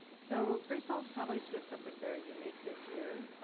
so great falls college did something very unique this year.